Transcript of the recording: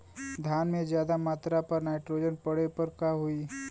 धान में ज्यादा मात्रा पर नाइट्रोजन पड़े पर का होई?